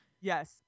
Yes